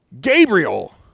Gabriel